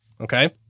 Okay